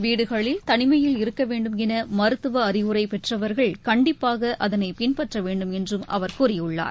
வீடுகளில் தனிமையில் இருக்கவேண்டும் எனமருத்துவஅறிவுரைபெற்றவர்கள் கண்டிப்பாகஅதனைப் பின்பற்றவேண்டும் என்றும் அவர் கூறியுள்ளார்